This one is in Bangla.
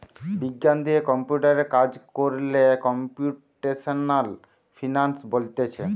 বিজ্ঞান দিয়ে কম্পিউটারে কাজ কোরলে কম্পিউটেশনাল ফিনান্স বলতিছে